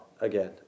again